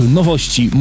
nowości